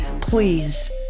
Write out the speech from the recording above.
please